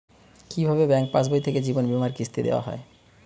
কি ভাবে ব্যাঙ্ক পাশবই থেকে জীবনবীমার কিস্তি দেওয়া হয়?